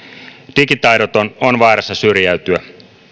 digitaidoton on vaarassa syrjäytyä